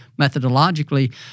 methodologically